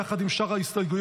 יחד עם שאר ההסתייגויות.